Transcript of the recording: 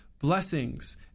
blessings